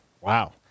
Wow